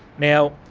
now,